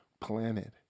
planet